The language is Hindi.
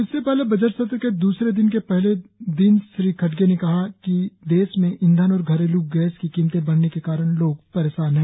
इससे पहले बजट सत्र के द्रसरे चरण के पहले दिन श्री खडगे ने कहा कि देश में ईंधन और घरेलू गैस की कीमतें बढने के कारण लोग परेशान हैं